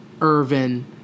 Irvin